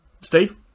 Steve